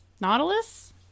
Nautilus